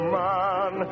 man